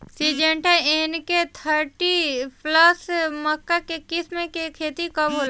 Syngenta N K thirty plus मक्का के किस्म के खेती कब होला?